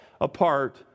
apart